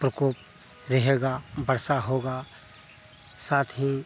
प्रकोप रहेगा वर्षा होगी साथ ही